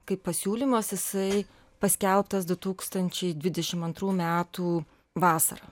kaip pasiūlymas jisai paskelbtas du tūkstančiai dvidešim antrų metų vasarą